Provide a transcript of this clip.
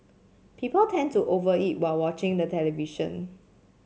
people tend to over eat while watching the television